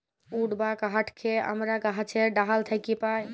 would বা কাহাঠকে আমরা গাহাছের ডাহাল থ্যাকে পাই